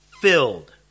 filled